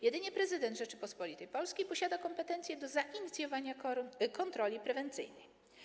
Jedynie prezydent Rzeczypospolitej Polskiej posiada kompetencje do zainicjowania kontroli prewencyjnej.